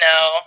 No